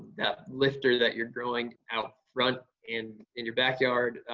that lifter that you're growing out front and in your backyard